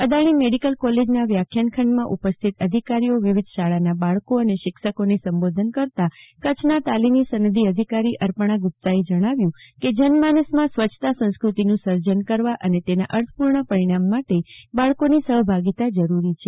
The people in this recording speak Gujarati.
અદાણી મેડિકલ કોલેજના વ્યાખ્યાન ખંડમાં ઉપસ્થિત અધિકારીઓ વિવિધ શાળાનાબાળકો અને શિક્ષકોને ઉદબોધન કરતા કચ્છના તાલીમી સનદી અધિકારીઅપર્ણાગુપ્તાએ જણાવ્યું કે જનમાનસમાં સ્વચ્છતા સંસ્કૃતિનું સર્જન કરવા અને તેના અર્થપૂર્ણ પરિણામમાટે બાળકોની સહભાગીતા જરૂરી છે